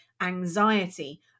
anxiety